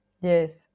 Yes